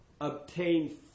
obtain